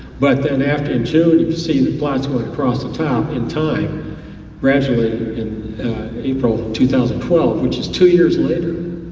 but then after june, you can see the plots going across the top in time gradually in april two thousand and twelve which is two years later.